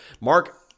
Mark